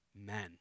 men